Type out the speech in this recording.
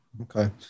Okay